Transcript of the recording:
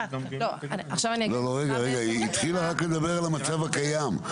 היא רק התחילה לדבר על המצב הקיים.